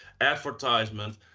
advertisement